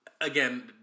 Again